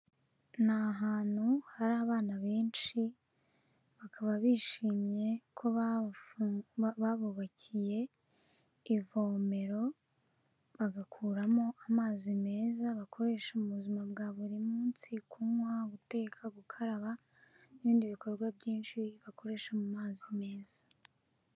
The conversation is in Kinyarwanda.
Ni ahantu hari abana benshi, bakaba bishimiye ko babubakiye ivomero, bagakuramo amazi meza bakoresha mu buzima bwa buri munsi, kunywa, guteka, gukaraba n'ibindi bikorwa byinshi bakoreshamo amazi meza.